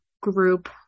group